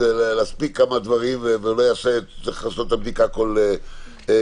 להספיק כמה דברים ולא צריך לעשות את הבדיקה כל יומיים,